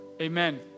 amen